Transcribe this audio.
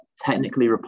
technically